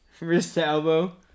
Wrist-to-elbow